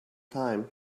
time